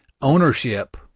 ownership